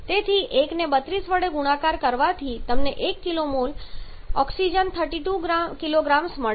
તેથી 1 ને 32 વડે ગુણાકાર કરવાથી તમને 1 kmol ઓક્સિજન 32 kgs મળે છે